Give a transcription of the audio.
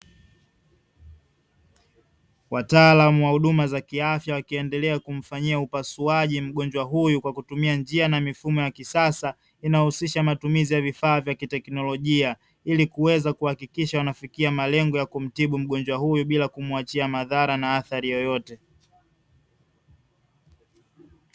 Wataalamu wa huduma za kiafya wakiendelea kumfanyia upasuaji mgonjwa huyu kwa kutumia njia na mifumo ya kisasa, inayohusisha matumizi ya vifaa vya kiteknolojia ili kuweza kuhakikisha wanafikia malengo ya kumtibu mgonjwa huyu bila kumwachia madhara na athari yoyote.